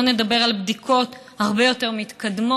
שלא לדבר על בדיקות הרבה יותר מתקדמות,